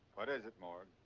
what is it, morgan?